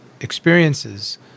experiences